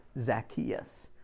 Zacchaeus